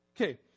Okay